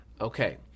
Okay